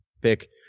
pick